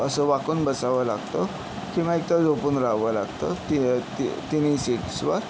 असं वाकून बसावं लागतं किंवा एकतर झोपून राहावं लागतं ति ति तिन्ही सीट्सवर